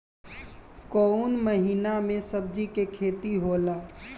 कोउन महीना में सब्जि के खेती होला?